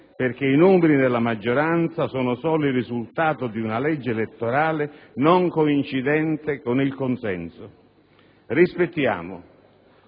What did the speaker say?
perché i numeri della maggioranza sono solo il risultato di una legge elettorale non coincidente con il consenso. Rispettiamo,